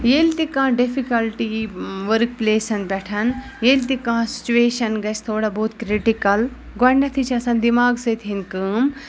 ییٚلہِ تہِ کانٛہہ ڈِفکَلٹی یِیہِ ؤرٕک پٕلیسَن پٮ۪ٹھ ییٚلہِ تہِ کانٛہہ سُچویشَن گژھِ تھوڑا بہت کِرٛٹِکَل گۄڈنٮ۪تھٕے چھِ آسان دٮ۪ماغ سۭتۍ ہیٚنۍ کٲم